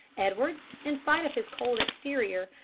edwards, in spite of his cold exterior,